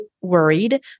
worried